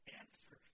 answer